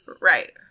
Right